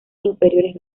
inferiores